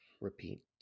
Repeat